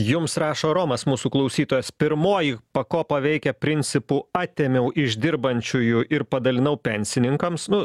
jums rašo romas mūsų klauytojas pirmoji pakopa veikia principu atėmiau iš dirbančiųjų ir padalinau pensininkams nu